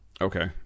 okay